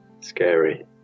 Scary